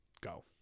go